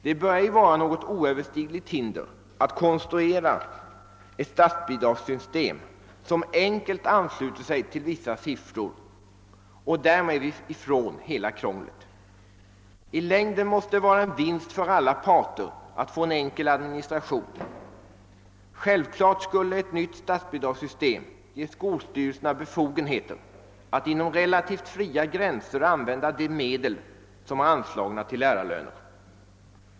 Det bör ej vara något oöverstigligt hinder att konstruera ett statsbidragssystem som enkelt ansluter till vissa siffror, och därmed är vi ifrån hela krånglet. I längden måste det vara en vinst för alla parter att få en enkel administration. Självklart skulle ett nytt statsbidragssystem ge skolstyrelserna befogenheter att inom relativt fria gränser använda de medel som är anslagna till lärarlöner.